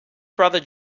brother